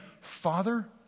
Father